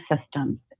systems